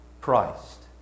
Christ